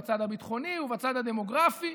בצד הביטחוני ובצד הדמוגרפי,